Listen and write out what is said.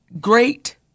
great